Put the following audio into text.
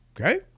Okay